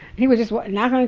he would just knock on